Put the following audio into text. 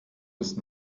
ist